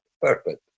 perfect